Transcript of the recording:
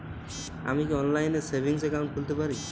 আমি কি অনলাইন এ সেভিংস অ্যাকাউন্ট খুলতে পারি?